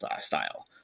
style